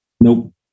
Nope